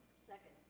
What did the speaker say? second.